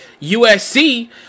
USC